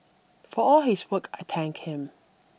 for all his work I thank him